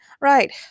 Right